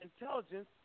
intelligence